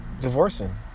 divorcing